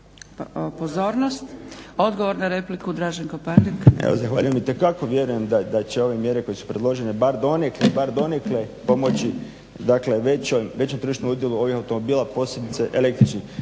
Pandek. **Pandek, Draženko (SDP)** Evo zahvaljujem. Itekako vjerujem da će ove mjere koje su predložene bar donekle pomoći, dakle većem tržišnom udjelu ovih automobila posebice električnih.